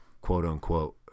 quote-unquote